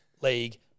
League